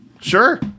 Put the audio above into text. sure